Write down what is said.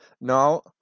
no